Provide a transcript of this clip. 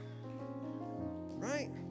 right